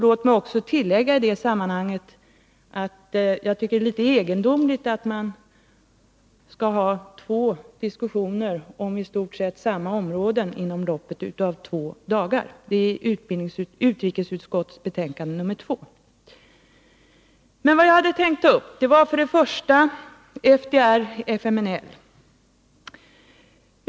Låt mig också i det sammanhanget tillägga att jag tycker att det är litet egendomligt att ha två diskussioner om i stort sett samma område inom loppet av två dagar. Det är utrikesutskottets betänkande 2 som tas upp på onsdag. För det första hade jag tänkt att beröra FDR/FMNL.